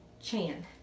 Chan